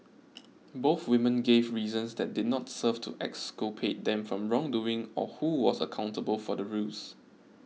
both women gave reasons that did not serve to exculpate them from wrongdoing or who was accountable for the ruse